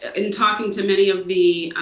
in talking to many of the